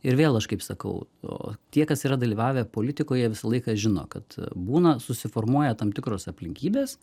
ir vėl aš kaip sakau tie kas yra dalyvavę politikoje visą laiką žino kad būna susiformuoja tam tikros aplinkybės